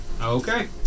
Okay